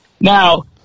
Now